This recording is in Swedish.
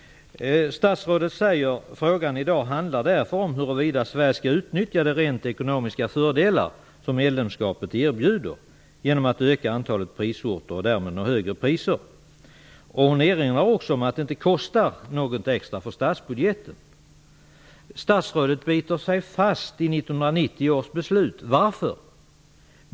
Statsrådet säger: "Frågan i dag handlar därför om huruvida Sverige skall utnyttja de rent ekonomiska fördelar som medlemskapet erbjuder genom att öka antalet prisorter och därmed nå högre priser." Hon erinrar också om att det inte kostar något extra i statsbudgeten. Varför biter sig statsrådet fast i 1990 års beslut?